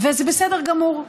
וזה בסדר גמור.